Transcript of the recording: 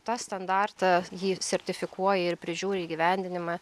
tą standartą jį sertifikuoja ir prižiūri įgyvendinimą